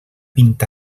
vint